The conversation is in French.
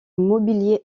mobilier